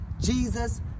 Jesus